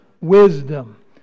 wisdom